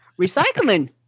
Recycling